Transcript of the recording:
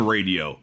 Radio